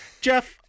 Jeff